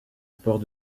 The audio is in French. sports